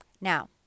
Now